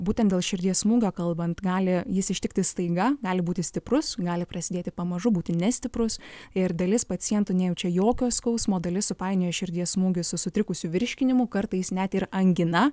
būtent dėl širdies smūgio kalbant gali jis ištikti staiga gali būti stiprus gali prasidėti pamažu būti nestiprus ir dalis pacientų nejaučia jokio skausmo dalis supainioja širdies smūgį su sutrikusiu virškinimu kartais net ir angina